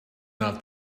not